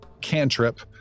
cantrip